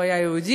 הוא היה יהודי,